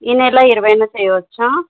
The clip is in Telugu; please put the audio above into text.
ఈ నెల ఇరవై చేయవచ్చా